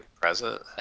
present